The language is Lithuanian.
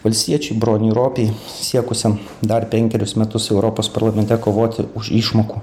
valstiečiui broniui ropei siekusiam dar penkerius metus europos parlamente kovoti už išmokų